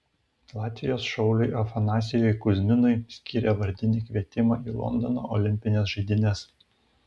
latvijos šauliui afanasijui kuzminui skyrė vardinį kvietimą į londono olimpines žaidynes